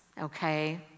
okay